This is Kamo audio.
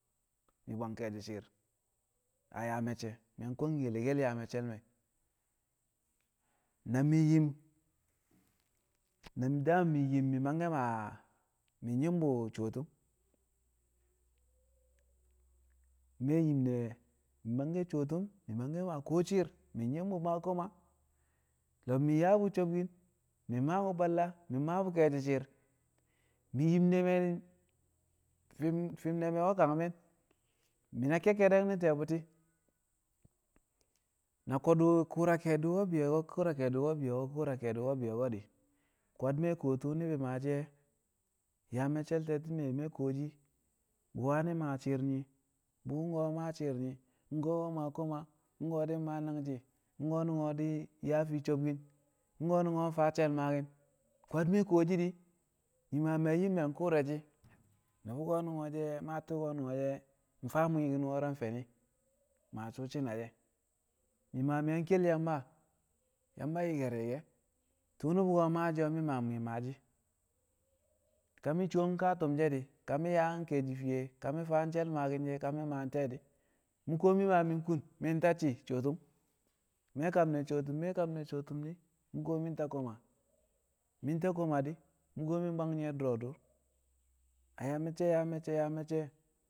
mi̱ bwang ke̱e̱shi̱ a yaa me̱cce̱ mi̱ kwang yelekel yaa me̱cce̱l me̱ na yim na da mi̱ yim mangke̱ maa mi̱ nyi̱m bu̱ coo tu̱m me̱ yim ne̱ mi̱ mangke̱ coo tu̱m mi̱ mangke̱ maa ko̱ shi̱i̱r mi̱ nyi̱m bu̱ maa koma lo̱b mi̱ yaa bu̱ sobkin mi̱ maa bu̱ balla mi̱ maa bu̱ ke̱e̱shi̱ shi̱i̱r mi̱ yim ne̱ me̱ fi̱m fi̱m ne̱ me̱ we̱ kanmi̱n mi̱ na kekkedek ne̱ ti̱ye̱ bu̱ti̱ na ko̱du̱ ku̱u̱ra ke̱e̱di̱ we̱ bi̱yo̱ko̱ ku̱u̱ra ke̱e̱di̱ we̱ bi̱yo̱ko̱ ku̱u̱ra ke̱e̱di̱ we̱ bi̱yo̱ko̱ di̱ kwad me̱ kuwo tu̱u̱ ni̱bi̱ maashi̱ e̱. Yaa me̱cce̱l te̱ti̱me̱ mi̱ we̱ kuwo shi wani̱ maa shi̱i̱r nyi be wu̱ko̱ maa shi̱i̱r nyi wu̱ko̱ we̱ maa koma wu̱ko̱ di̱ maa nangji̱ wu̱ko̱ di̱ yaa fii sobkin wu̱ko̱ di̱ faa she̱l maaki̱n kwad mi̱ we̱ kuwo shi̱ di̱ mi̱ ma mi̱ yang yim mi̱ yang ku̱u̱ra shi̱ nu̱bu̱ ko̱nu̱n she̱ maa tu̱u̱ ko̱nu̱n she̱ faa mwi̱i̱ki̱n ko̱ro̱ she̱ a mfe̱ ni̱ maa suu shi̱ne̱ she̱ mi̱ ma mi̱ yang ke̱l Yamba, Yamba yikar ye̱ ke̱ tu̱u̱ nu̱bu̱ ko̱ maashi̱ o̱ mi̱ ma mi̱ mwi̱i̱ maashi̱ ka mi̱ soo ka tu̱m she̱ di̱ ka mi̱ yaa ke̱e̱shi̱ fiye ka faa she̱l maaki̱n she̱ ka mi̱ maa te̱e̱ di̱ mu̱ kuwo mi̱ ma mi̱ kun mi̱ tacci̱ coo tu̱m mi̱ kam ne̱ coo tu̱m, mi̱ kam coo tu̱m di̱ mu̱ kuwo mi̱ tacci̱ koma mi̱ ta koma di̱ mu̱ kuwo mi̱ bwang nye̱ du̱ro̱ dur a yaa me̱cce̱ yaa me̱cce̱ a yaa me̱cce̱.